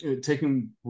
taking